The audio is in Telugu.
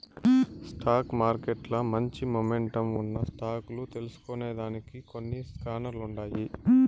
స్టాక్ మార్కెట్ల మంచి మొమెంటమ్ ఉన్న స్టాక్ లు తెల్సుకొనేదానికి కొన్ని స్కానర్లుండాయి